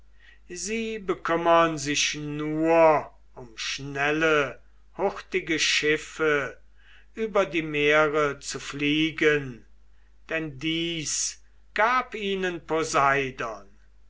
sie bekümmern sich nur um schnelle hurtige schiffe über die meere zu fliegen denn dies gab ihnen poseidon